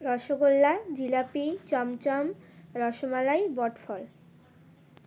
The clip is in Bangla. রসগোল্লা জিলাপি চমচম রসমালাই বটফল